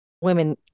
Women